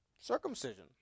circumcision